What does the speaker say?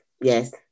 Yes